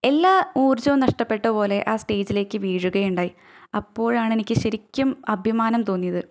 എല്ലാ ഊർജവും നഷ്ടപ്പെട്ട പോലെ ആ സ്റ്റേജിലേക്ക് വീഴുകയുണ്ടായി അപ്പോഴാണെനിക്ക് ശരിക്കും അഭിമാനം തോന്നിയത്